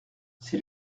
c’est